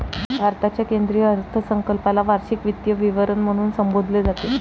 भारताच्या केंद्रीय अर्थसंकल्पाला वार्षिक वित्तीय विवरण म्हणून संबोधले जाते